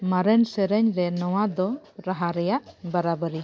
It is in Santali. ᱢᱟᱨᱮᱱ ᱥᱮᱨᱮᱧ ᱨᱮ ᱱᱚᱣᱟ ᱫᱚ ᱨᱟᱦᱟ ᱨᱮᱭᱟᱜ ᱵᱟᱨᱟᱵᱟᱨᱤ